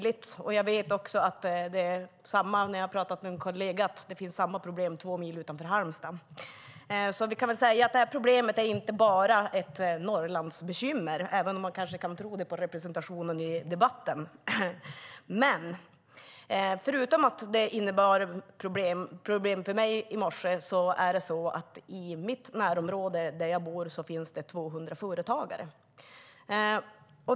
Tyvärr var det inte möjligt. Jag har pratat med en kollega, och det finns samma problem två mil utanför Halmstad. Så problemet är inte bara ett Norrlandsbekymmer, även om man kan tro det av representationen här i debatten. I mitt närområde finns det 200 företagare.